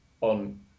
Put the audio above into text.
on